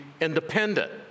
independent